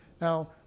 Now